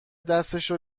دستشو